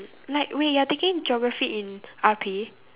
like wait you're taking geography in R_P